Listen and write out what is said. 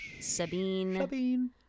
Sabine